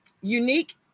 unique